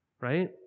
right